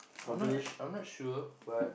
I'm not sure I'm not sure but